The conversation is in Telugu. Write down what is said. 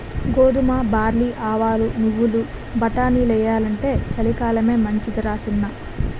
గోధుమ, బార్లీ, ఆవాలు, నువ్వులు, బటానీలెయ్యాలంటే చలికాలమే మంచిదరా సిన్నా